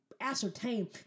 ascertain